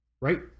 Right